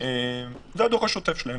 זה הדוח השוטף שלהם.